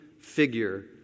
figure